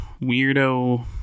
weirdo